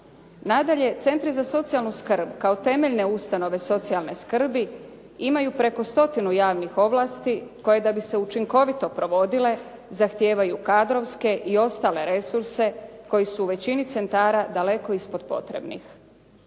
Nadalje, centri za socijalnu skrb kao temeljne ustanove socijalne skrbi imaju preko stotinu javnih ovlasti, koje da bi se učinkovito provodile zahtijevaju kadrovske i ostale resurse koji su u većini centara daleko ispod potrebnih.